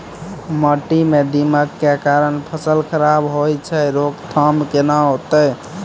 माटी म दीमक के कारण फसल खराब होय छै, रोकथाम केना होतै?